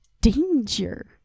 danger